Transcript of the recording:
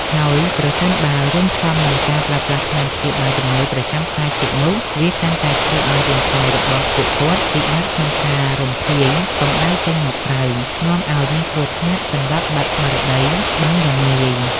ហើយប្រសិនបើរួមផ្សំនឹងការប្រើប្រាស់ថ្នាំព្យាបាលជំងឺប្រចាំកាយទៀតនោះ វាកាន់តែធ្វើឱ្យរាងកាយរបស់ពួកគាត់ពិបាកក្នុងការរំភាយកម្ដៅចេញមកក្រៅ នាំឱ្យមានគ្រោះថ្នាក់សន្លប់បាត់ស្មារតីបានយ៉ាងងាយ។